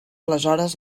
aleshores